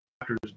doctors